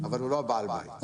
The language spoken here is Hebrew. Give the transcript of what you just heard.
אבל הוא לא בעל בית.